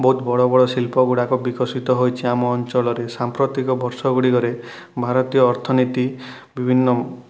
ବହୁତ ବଡ଼ ବଡ଼ ଶିଳ୍ପ ଗୁଡ଼ାକ ବିକଶିତ ହୋଇଛି ଆମ ଅଞ୍ଚଳରେ ସାମ୍ପ୍ରତିକ ବର୍ଷ ଗୁଡ଼ିକରେ ଭାରତୀୟ ଅର୍ଥନୀତି ବିଭିନ୍ନ